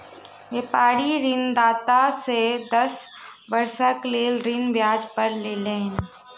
व्यापारी ऋणदाता से दस वर्षक लेल ऋण ब्याज पर लेलैन